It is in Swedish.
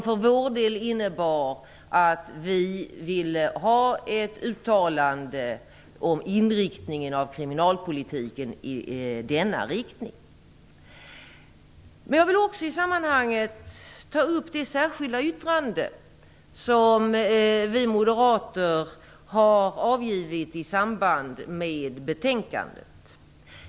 För vår del innebär det att vi ville ha ett uttalande om inriktningen av kriminalpolitiken i denna riktning. Jag vill också i sammanhanget ta upp det särskilda yttrande som vi moderater har avgivit i anslutning till betänkandet.